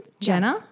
Jenna